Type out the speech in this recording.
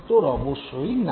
উত্তর অবশ্যই না